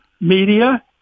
media